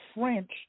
French